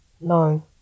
No